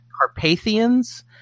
Carpathians